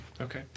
Okay